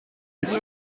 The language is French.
été